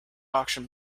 auction